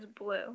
blue